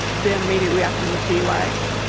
their immediate reaction would be like,